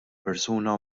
persuna